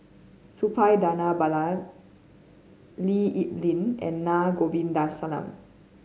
Suppiah Dhanabalan Lee Kip Lin and Na Govindasamy